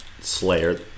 slayer